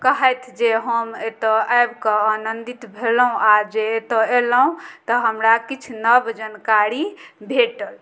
कहैथ जे हम एतऽ आबि कऽ आनन्दित भेलहुँ आओर जे एतऽ एलहुँ तऽ हमरा किछु नव जानकारी भेटल